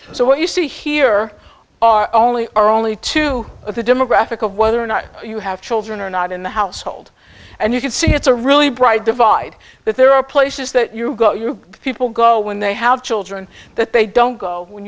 so what you see here are only are only two of the demographic of whether or not you have children or not in the household and you can see it's a really bright divide but there are places that you go you people go when they have children that they don't go when